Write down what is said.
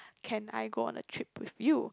can I go on a trip with you